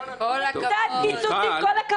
כל הכבוד.